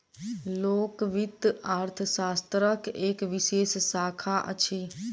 लोक वित्त अर्थशास्त्रक एक विशेष शाखा अछि